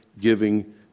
giving